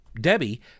Debbie